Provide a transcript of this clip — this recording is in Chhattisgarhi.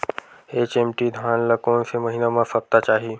एच.एम.टी धान ल कोन से महिना म सप्ता चाही?